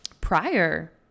prior